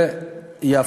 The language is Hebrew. זה יהיה